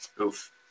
Oof